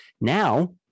Now